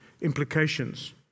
implications